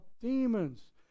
demons